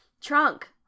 Trunk